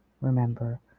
remember